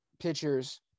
pitchers